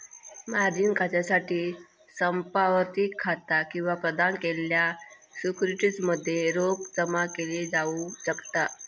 margin खात्यासाठी संपार्श्विक खाता किंवा प्रदान केलेल्या सिक्युरिटीज मध्ये रोख जमा केला जाऊ शकता